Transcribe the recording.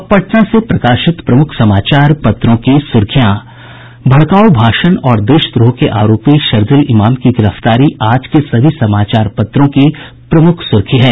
अब पटना से प्रकाशित प्रमुख समाचार पत्रों की सुर्खियां भड़काऊ भाषण और देशद्रोह के आरोपी शरजील इमाम की गिरफ्तारी आज के सभी समाचार पत्रों की प्रमुख सुर्खी है